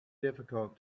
difficult